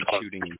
shooting